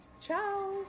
Ciao